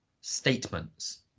Statements